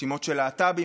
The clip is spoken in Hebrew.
רשימות של להט"בים,